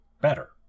Better